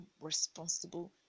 responsible